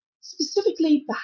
specifically